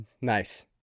Nice